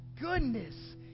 goodness